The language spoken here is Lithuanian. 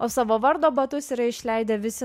o savo vardo batus yra išleidę visi